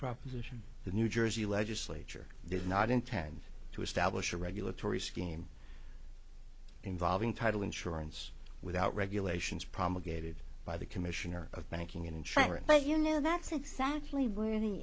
proposition that new jersey legislature did not intend to establish a regulatory scheme involving title insurance without regulations promulgated by the commissioner of banking insurance but you know that's exactly where the